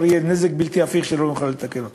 יהיה נזק בלתי הפיך שלא נוכל לתקן אותו.